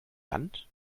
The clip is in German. land